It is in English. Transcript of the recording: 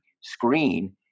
screen